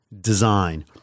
design